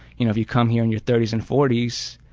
you know if you come here in your thirty s and forty s,